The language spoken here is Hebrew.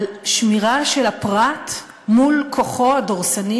שמירה של הפרט מול כוחו הדורסני,